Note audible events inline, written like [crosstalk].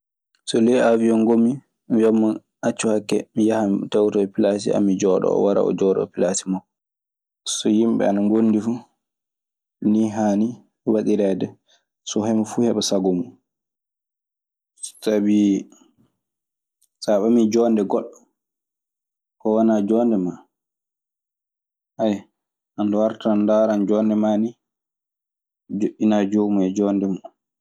So ley aawiyon ngommi, mi wiyan mo "accu hakke". Mi yaha mi tewtoya pilaasi an, mi jooɗoo. O wara o jooɗoo pilaasi makko. So yimɓe ana ngonndi fuu, nii haani waɗireede so hemo fuu heɓa sago mun. Sabii saa ɓamii joonde goɗɗo ko wanaa joonde maa, [hesitation] a ndaartan ndaara jonnde maa ni, joƴƴinaa joomun e joonde mun.